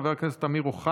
חבר הכנסת אורי מקלב,